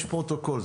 יש פרוטוקול,